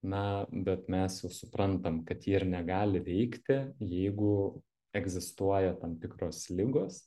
na bet mes jau suprantam kad ji ir negali veikti jeigu egzistuoja tam tikros ligos